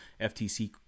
FTC